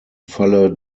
falle